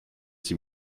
sie